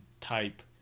type